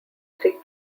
three